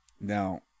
Now